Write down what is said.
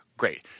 great